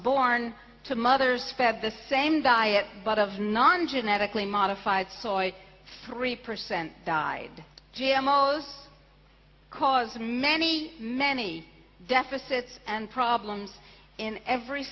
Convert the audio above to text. born to mothers fed the same diet but of non genetically modified soit three percent died g m o's caused many many deficits and problems in every